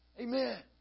Amen